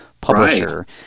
publisher